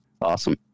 Awesome